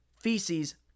feces